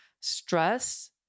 stress